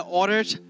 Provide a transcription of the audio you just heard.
ordered